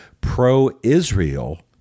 pro-Israel